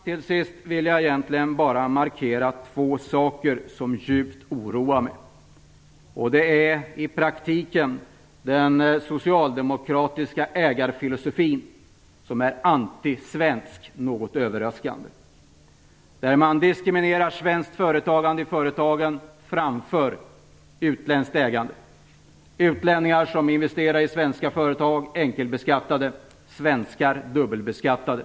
Till sist vill jag egentligen bara markera två saker som djupt oroar mig. Det är i praktiken den socialdemokratiska ägarfilosofin, som något överraskande är antisvensk. Man diskriminerar svenskt ägande i företagen framför utländskt ägande. Utlänningar som investerar i svenska företag är enkelbeskattade, svenskar är dubbelbeskattade.